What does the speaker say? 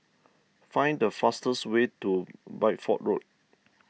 find the fastest way to Bideford Road